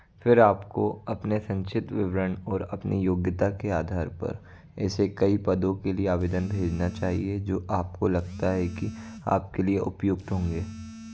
फिर आपको अपने संक्षिप्त विवरण और अपनी योग्यता के आधार पर ऐसे कई पदों के लिए आवेदन भेजना चाहिए जो आपको लगता है कि आपके लिए उपयुक्त होंगे